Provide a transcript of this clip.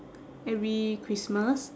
every christmas